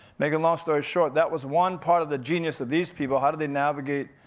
make a long story short, that was one part of the genius of these people. how do they navigate,